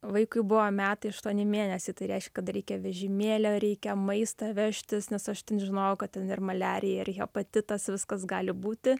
vaikui buvo metai aštuoni mėnesiai tai reiškia kad reikia vežimėlio reikia maistą vežtis nes aš ten žinojau kad ten ir maliarija ir hepatitas viskas gali būti